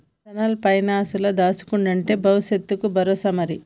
personal పైనాన్సుల దాస్కునుడంటే బవుసెత్తకు బరోసా మరి